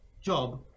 job